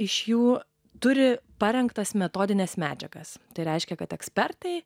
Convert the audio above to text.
iš jų turi parengtas metodines medžiagas tai reiškia kad ekspertai